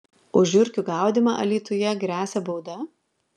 už žiurkių gaudymą alytuje gresia bauda